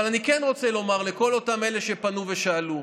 אבל אני כן רוצה לומר לכל אותם אלו שפנו ושאלו: